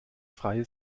freie